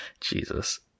Jesus